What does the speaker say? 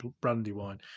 Brandywine